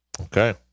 Okay